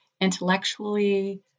intellectually